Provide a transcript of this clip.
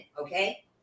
okay